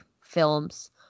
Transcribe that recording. films